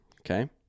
Okay